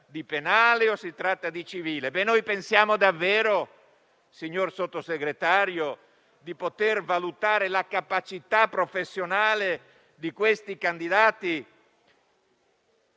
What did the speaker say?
di penale o di civile. Pensiamo davvero, signor Sottosegretario, di poter valutare la capacità professionale dei candidati